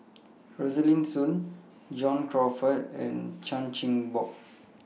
Rosaline Soon John Crawfurd and Chan Chin Bock